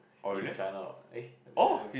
in China what eh